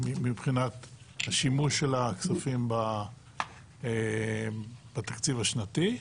מבחינת השימוש של הכספים בתקציב השנתי,